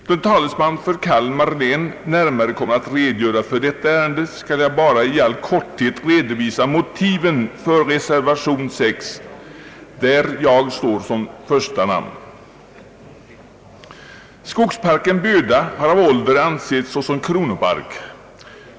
Då en talesman för Kalmar län närmare kommer att redogöra för detta ärende, skall jag bara i all korthet redovisa motiven för reservationen 6 vid punkten 30, där jag står som första namn. Skogsparken Böda har av ålder ansetts vara kronopark.